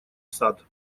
сад